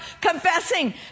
confessing